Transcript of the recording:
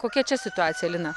kokia čia situacija lina